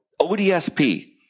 ODSP